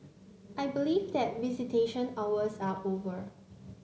I believe that visitation hours are over